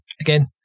Again